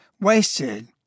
wasted